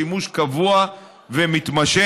שימוש קבוע ומתמשך,